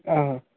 ஆ